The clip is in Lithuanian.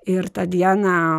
ir tą dieną